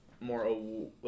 more